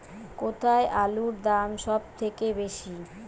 কোথায় আলুর দাম সবথেকে বেশি?